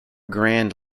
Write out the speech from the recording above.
grand